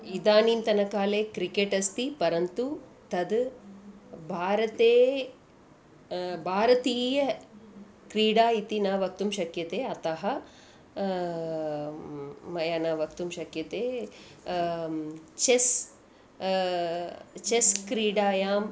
इदानींतनकाले क्रिकेट् अस्ति परन्तु तद् भारते भारतीयक्रीडा इति न वक्तुं शक्यते अतः मया न वक्तुं शक्यते चेस् चेस् क्रीडायां